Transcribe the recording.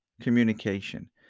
communication